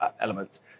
elements